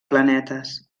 planetes